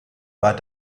bei